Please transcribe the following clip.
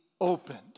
opened